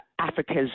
Africa's